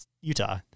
Utah